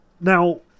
now